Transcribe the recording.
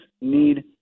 need